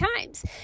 times